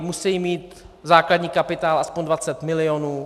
Musejí mít základní kapitál aspoň 20 milionů.